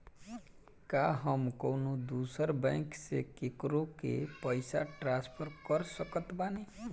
का हम कउनों दूसर बैंक से केकरों के पइसा ट्रांसफर कर सकत बानी?